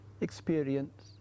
experience